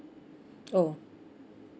oh